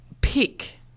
pick